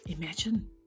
Imagine